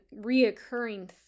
reoccurring